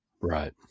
Right